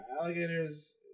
alligators